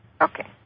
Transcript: okay